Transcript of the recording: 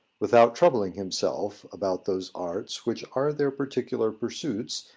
without troubling himself about those arts which are their particular pursuits,